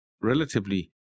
relatively